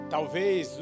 Talvez